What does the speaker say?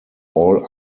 all